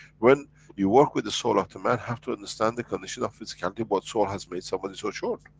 when you walk with the soul of the man have to understand the conditions of physicality what soul has made somebody so short?